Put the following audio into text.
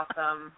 awesome